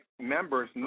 members